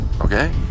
okay